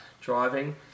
driving